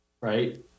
right